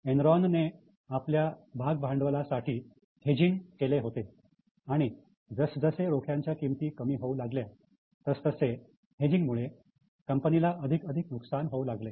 एनरॉनने आपल्या भागभांडवलासाठी हेजिंग केले होते आणि जसजसे रोख्यांच्या किमती कमी होऊ लागल्या तसतसे हेजिंगमुळे कंपनीला अधिक अधिक नुकसान होऊ लागले